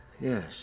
Yes